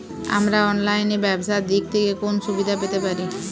আমরা অনলাইনে ব্যবসার দিক থেকে কোন সুবিধা পেতে পারি?